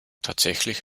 tatsächlich